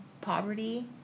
poverty